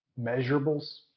measurables